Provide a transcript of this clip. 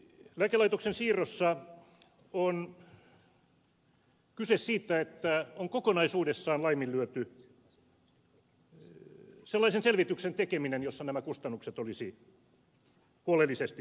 lääkelaitoksen siirrossa on kyse siitä että on kokonaisuudessaan laiminlyöty sellaisen selvityksen tekeminen jossa nämä kustannukset olisi huolellisesti selvitetty